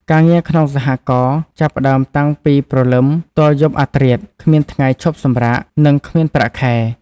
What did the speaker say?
ការងារក្នុងសហករណ៍ចាប់ផ្តើមតាំងពីព្រលឹមទល់យប់អាធ្រាត្រ គ្មានថ្ងៃឈប់សម្រាក និងគ្មានប្រាក់ខែ។